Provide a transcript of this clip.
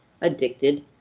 addicted